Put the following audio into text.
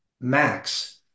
Max